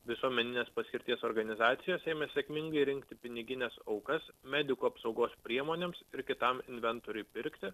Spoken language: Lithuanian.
visuomeninės paskirties organizacijos ėmė sėkmingai rinkti pinigines aukas medikų apsaugos priemonėms ir kitam inventoriui pirkti